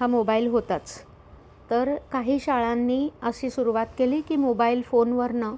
हा मोबाईल होताच तर काही शाळांनी अशी सुरुवात केली की मोबाईल फोनवरून